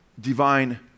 divine